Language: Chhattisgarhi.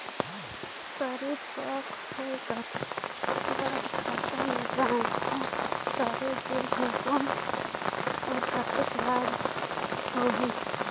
परिपक्व होय कर बाद खाता मे ट्रांसफर करे जा ही कौन और कतना लाभ होही?